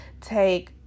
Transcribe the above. take